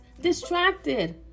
distracted